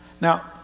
Now